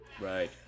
Right